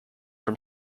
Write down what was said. from